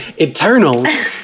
Eternals